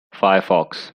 firefox